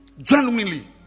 Genuinely